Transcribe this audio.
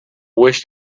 wished